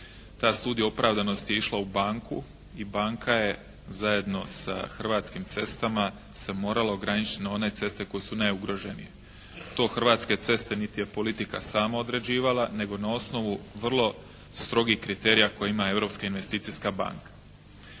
Ta studija opravdanosti je išla u banku i banka je zajedno sa Hrvatskim cestama se morala ograničiti na one ceste koje su najugroženije. To Hrvatske ceste nit je politika sama određivala nego na osnovu vrlo strogih kriterija kojima je Europska investicijska banka.